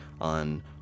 on